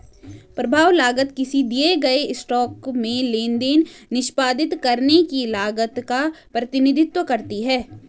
प्रभाव लागत किसी दिए गए स्टॉक में लेनदेन निष्पादित करने की लागत का प्रतिनिधित्व करती है